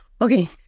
Okay